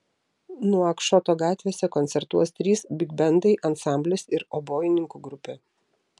nuakšoto gatvėse koncertuos trys bigbendai ansamblis ir obojininkų grupė